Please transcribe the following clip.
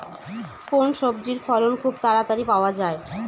কোন সবজির ফলন খুব তাড়াতাড়ি পাওয়া যায়?